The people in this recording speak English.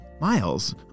Miles